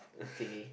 tinge